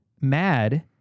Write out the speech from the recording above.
mad